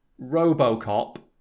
Robocop